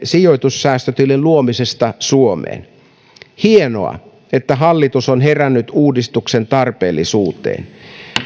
sijoitussäästötilin luomisesta suomeen hienoa että hallitus on herännyt uudistuksen tarpeellisuuteen